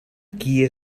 qui